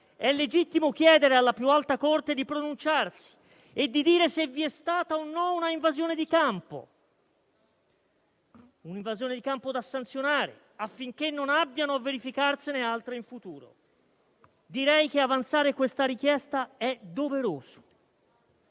è legittimo chiedere alla più alta Corte di pronunciarsi e di dire se vi è stata o meno una invasione di campo da sanzionare affinché non abbiano a verificarsene altre in futuro. Direi che avanzare questa richiesta è doveroso.